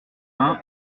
vingt